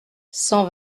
cent